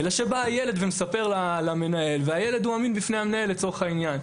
אלא שבא הילד מספר למנהל והילד אמין בפני המנהל לצורך העניין.